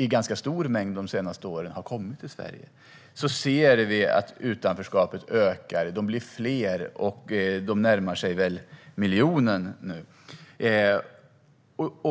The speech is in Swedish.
en ganska stor mängd, som har kommit till Sverige under de senaste åren ser vi att utanförskapet ökar. De blir fler; de närmar sig väl miljonen.